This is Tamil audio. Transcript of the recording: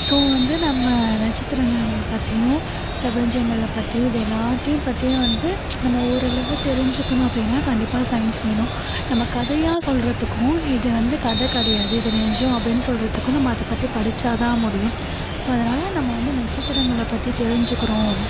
ஸோ வந்து நம்ம நட்சத்திரங்களை பற்றியும் ப்ரபஞ்சங்களை பற்றியும் இதெல்லாத்தியும் வந்து நாம் ஓரளவு தெரிஞ்சுக்கணும் அப்படினா கண்டிப்பாக சைன்ஸ் வேணும் நம்ம கதையாக சொல்கிறதுக்கும் இது வந்து கதை கிடயாது இது நெஜம் அப்படினு சொல்கிறதுக்கும் நம்ம அதை பற்றி படித்தா தான் முடியும் ஸோ அதனால் நம்ம நட்சத்திரங்களை பற்றி தெரிஞ்சுக்கறோம்